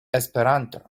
esperanto